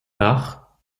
part